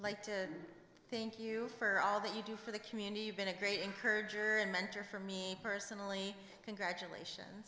to thank you for all that you do for the community been a great encourage or mentor for me personally congratulations